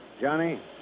Johnny